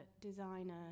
designer